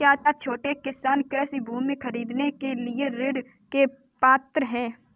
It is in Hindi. क्या छोटे किसान कृषि भूमि खरीदने के लिए ऋण के पात्र हैं?